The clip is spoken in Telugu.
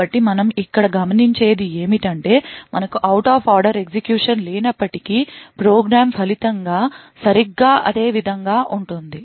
కాబట్టి మనం ఇక్కడ గమనించేది ఏమిటంటే మనకు out of order ఎగ్జిక్యూషన్ లేనప్పటికీ ప్రోగ్రామ్ ఫలితం సరిగ్గా అదే విధంగా ఉంటుంది